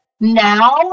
now